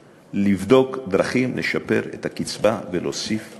לבדוק דרכים לשפר את הקצבה ולהוסיף עוד כסף.